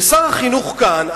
ושר החינוך כאן,